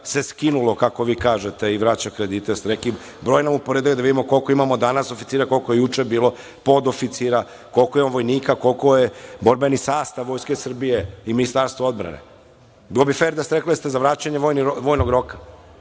se skinulo, kako vi kažete, i vraća kredite, da vidimo koliko imamo danas oficira, koliko je juče bilo podooficira, koliko imamo vojnika, koliki je borbeni sastav Vojske Srbije i Ministarstvo odbrane. Bilo bi fer da ste rekli da ste za vraćanje vojnog roka.